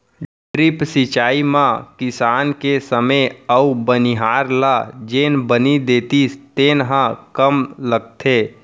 drip सिंचई म किसान के समे अउ बनिहार ल जेन बनी देतिस तेन ह कम लगथे